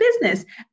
business